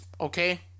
okay